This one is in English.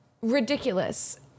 ridiculous